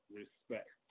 respect